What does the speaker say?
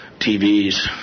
TVs